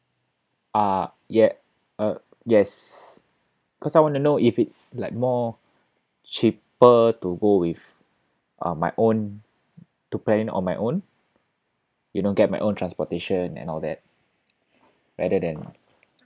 uh ya uh yes because I want to know if it's like more cheaper to go with uh my own to planning on my own you know get my own transportation and all that rather than